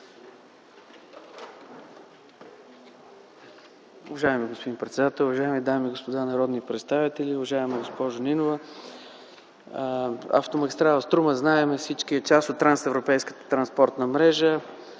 Уважаеми господин председател, уважаеми дами и господа народни представители, уважаема госпожо Нинова! Всички знаем, че автомагистрала „Струма” е част от трансевропейската транспортна мрежа,